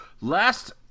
Last